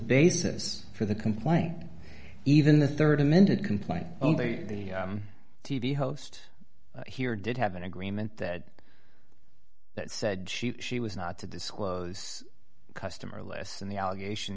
basis for the complaint even the rd amended complaint only the t v host here did have an agreement that that said she she was not to disclose customer lists and the allegation